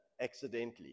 accidentally